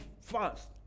fast